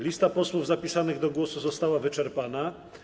Lista posłów zapisanych do głosu została wyczerpana.